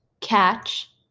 catch